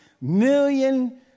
million